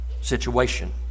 situation